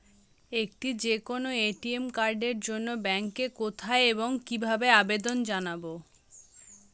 একটি যে কোনো এ.টি.এম কার্ডের জন্য ব্যাংকে কোথায় এবং কিভাবে আবেদন জানাব?